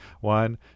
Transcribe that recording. One